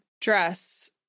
dress